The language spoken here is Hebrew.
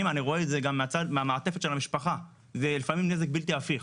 אני רואה את זה גם מהמעטפת של המשפחה לפעמים זה נזק בלתי הפיך,